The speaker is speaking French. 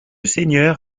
seigneur